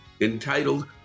entitled